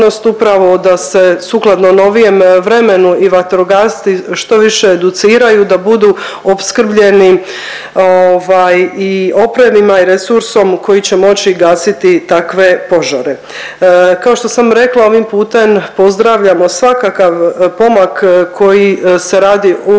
da se sukladno novijem vremenu i vatrogasci što više educiraju da budu opskrbljeni ovaj, i opremima i resursom u koji će moći gasiti takve požare. Kao što sam rekla, ovim puten pozdravljamo svakakav pomak koji se radi o